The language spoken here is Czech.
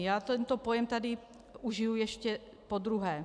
Já tento pojem tady užij ještě podruhé.